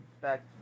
back